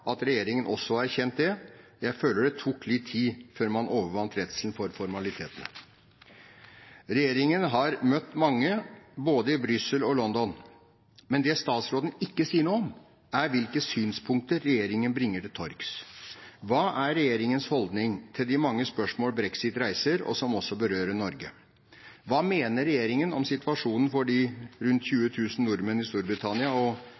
bra regjeringen også har erkjent dette. Jeg føler det tok litt tid før man overvant redselen for formalitetene. Regjeringen har møtt mange, både i Brussel og i London. Men det statsråden ikke sier noe om, er hvilke synspunkter regjeringen bringer til torgs. Hva er regjeringens holdning til de mange spørsmål brexit reiser, og som også berører Norge? Hva mener regjeringen om situasjonen for de rundt 20 000 nordmenn i Storbritannia og